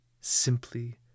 Simply